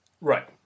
Right